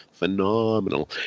phenomenal